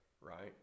Right